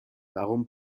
darum